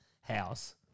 house